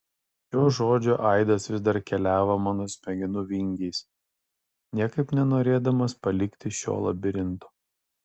šio žodžio aidas vis dar keliavo mano smegenų vingiais niekaip nenorėdamas palikti šio labirinto